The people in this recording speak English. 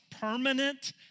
permanent